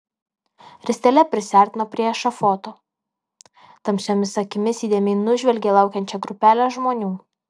ristele prisiartino prie ešafoto tamsiomis akimis įdėmiai nužvelgė laukiančią grupelę žmonių